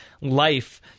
life